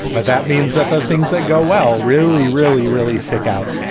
but that means that the things that go well really, really, really stick out.